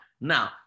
Now